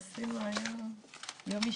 הישיבה ננעלה בשעה